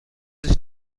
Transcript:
sich